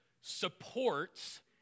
supports